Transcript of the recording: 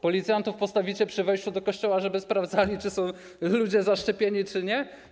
Policjantów postawicie przy wejściu do kościoła, żeby sprawdzali, czy ludzie są zaszczepieni czy nie?